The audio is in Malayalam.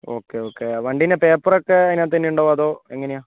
ഓക്കെ ഓക്കെ വണ്ടീൻ്റെ പേപ്പർ ഒക്കെ അതിനകത്ത് തന്നെയുണ്ടാവുമോ അതോ എങ്ങനെയാണ്